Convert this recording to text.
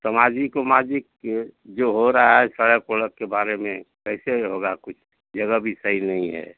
समाजिक ओमाजिक के जो हो रहा है सड़क ओड़क के बारे में कैसे होगा कुछ जगह भी सही नहीं है